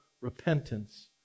repentance